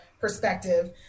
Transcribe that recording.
perspective